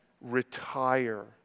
retire